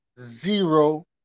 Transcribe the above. zero